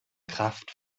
kraft